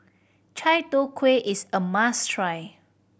Chai Tow Kuay is a must try